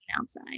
outside